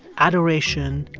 adoration,